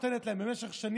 חבריי חברי הכנסת,